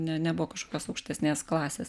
ne nebuvo kažkokios aukštesnės klasės